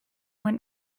went